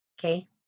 Okay